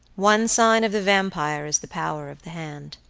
one sign of the vampire is the power of the hand.